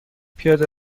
پیاده